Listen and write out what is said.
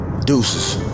deuces